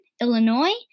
Illinois